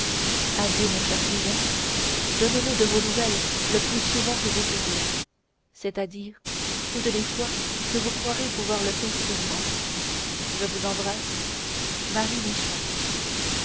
adieu mon cher cousin donnez-nous de vos nouvelles le plus souvent que vous pourrez c'est-à-dire toutes les fois que vous croirez pouvoir le faire sûrement je vous embrasse marie